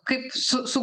kaip su su